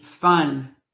fun